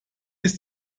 ist